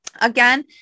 Again